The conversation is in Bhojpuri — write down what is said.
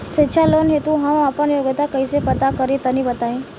शिक्षा लोन हेतु हम आपन योग्यता कइसे पता करि तनि बताई?